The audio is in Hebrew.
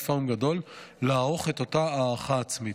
פארם גדול לערוך את אותה הערכה עצמית.